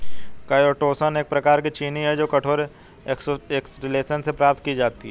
chitosan एक प्रकार की चीनी है जो कठोर एक्सोस्केलेटन से प्राप्त की जाती है